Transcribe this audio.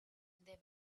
they